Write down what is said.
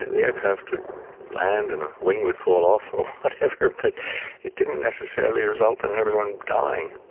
the aircraft would land and a wing would fall off or whatever, but it didn't necessarily result in everyone dying.